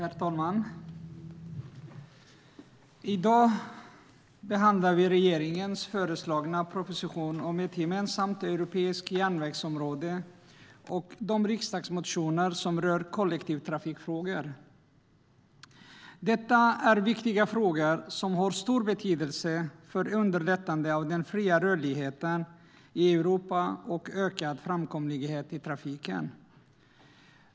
Herr talman! I dag behandlar vi regeringens proposition om ett gemensamt europeiskt järnvägsområde och de riksdagsmotioner som rör kollektivtrafikfrågor. Det är viktiga frågor som har stor betydelse för underlättandet av den fria rörligheten i Europa och ökad framkomlighet i trafiken.